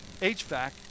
HVAC